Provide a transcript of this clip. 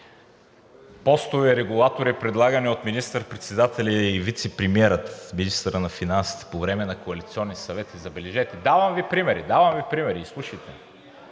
постове, регулатори, предлагани от министър-председателя и вицепремиера и министър на финансите по време на коалиционни съвети, забележете. (Реплики.) Давам Ви примери, изслушайте